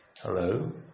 Hello